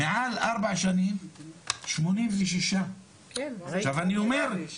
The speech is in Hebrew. מעל ארבע שנים, 86. עכשיו, אני אומר,